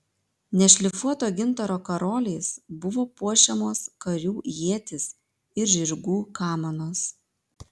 nešlifuoto gintaro karoliais buvo puošiamos karių ietys ir žirgų kamanos